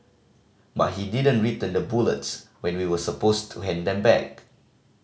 but he didn't return the bullets when we were supposed to hand them back